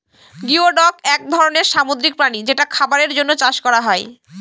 geoduck এক ধরনের সামুদ্রিক প্রাণী যেটা খাবারের জন্য চাষ করা হয়